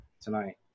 tonight